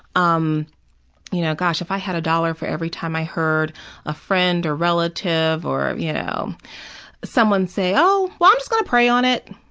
um you know gosh, if i had a dollar for every time i heard a friend or relative or you know someone say, oh, well, i'm just going to pray on it.